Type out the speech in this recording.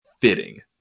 fitting